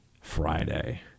Friday